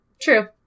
True